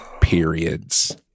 periods